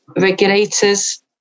regulators